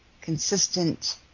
consistent